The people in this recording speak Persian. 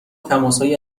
تماسهایی